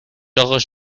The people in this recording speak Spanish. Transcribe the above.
ojos